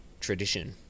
tradition